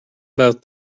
about